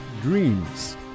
Dreams